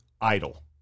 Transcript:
idle